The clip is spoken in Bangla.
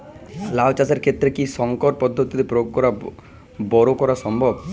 লাও চাষের ক্ষেত্রে কি সংকর পদ্ধতি প্রয়োগ করে বরো করা সম্ভব?